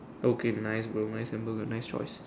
okay nice bro my sample got nice choice